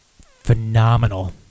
phenomenal